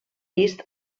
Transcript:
vist